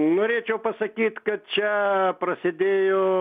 norėčiau pasakyt kad čia prasidėjo